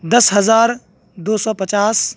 دس ہزار دو سو پچاس